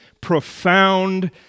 profound